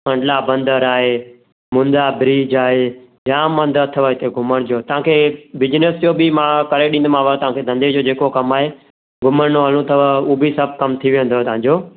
कंडिला बंदरु आहे मुंद्रा ब्रिज आहे जामु हंध अथव हिते घुमण जो तव्हांखे बिजिनस जो बि मां करे ॾींदोमांव तव्हांखे धंधे जो जेको कमु आहे घुमिण हलिणो अथव उहो बि सभु कमु थी वेंदव तव्हांजो